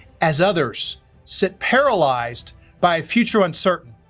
as others sit paralyzed by a future uncertain,